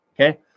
Okay